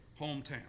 hometown